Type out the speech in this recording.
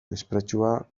mespretxua